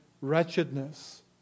wretchedness